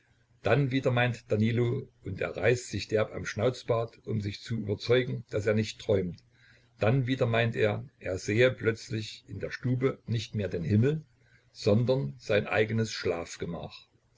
dann wieder meint danilo und er reißt sich derb am schnauzbart um sich zu überzeugen daß er nicht träumt dann wieder meint er er sähe plötzlich in der stube nicht mehr den himmel sondern sein eigenes schlafgemach